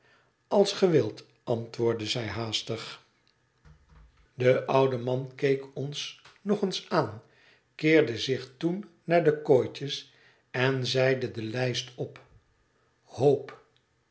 als gij wilt antwoordde zij haastig de oude man keek ons nog eens aan keerde zich toen naar de kooitjes en zeide de lijst op hoop